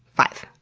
five.